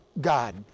God